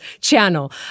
channel